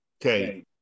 Okay